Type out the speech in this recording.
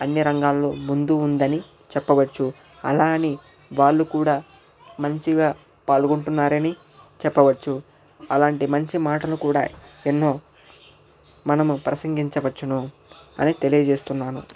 అన్నీ రంగాలలో ముందు ఉందని చెప్పవచ్చు అలా అని వాళ్ళు కూడా మంచిగా పాల్గొంటున్నారని చెప్పవచ్చు అలాంటి మంచి మాటలు కూడా ఎన్నో మనము ప్రసంగించవచ్చును అని తెలియచేస్తున్నాను